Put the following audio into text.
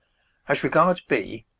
as regards b,